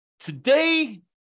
Today